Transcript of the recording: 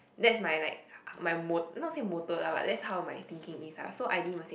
that's my like my mot~ not say motto lah but that's how my thinking is ah so I didn't even say